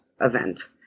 event